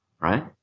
right